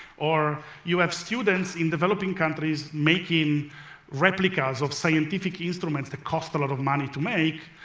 or you have students in developing countries making replicas of scientific instruments that cost a lot of money to make.